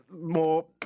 more